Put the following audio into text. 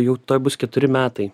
jau tuoj bus keturi metai